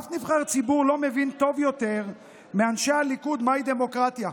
אף נבחר ציבור לא מבין טוב יותר מאנשי הליכוד מהי דמוקרטיה.